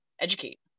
educate